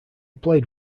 played